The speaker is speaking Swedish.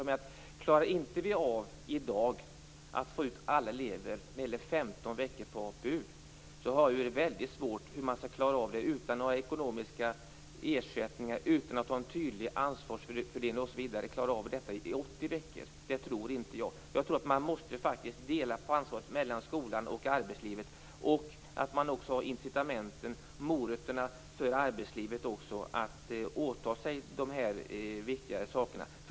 Om vi i dag inte klarar av att få ut alla elever i 15 veckor på APU, blir det väldigt svårt att klara av detta i 80 veckor utan några ekonomiska ersättningar, utan att ha en tydlig ansvarsfördelning osv. Jag tror inte det går. Jag tror att skolan och arbetslivet måste dela på ansvaret. Dessutom måste man ha incitamenten, morötterna, för arbetslivet att åta sig dessa viktiga saker.